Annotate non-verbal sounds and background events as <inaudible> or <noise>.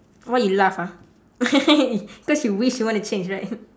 why you laugh ah <laughs> because you wish you want to change right